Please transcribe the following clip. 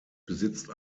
besitzt